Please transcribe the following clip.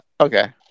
Okay